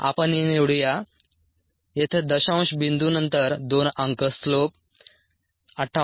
आपण हे निवडू या येथे दशांश बिंदूनंतर दोन अंक स्लोप 58